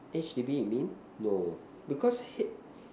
H_D_B you mean no because H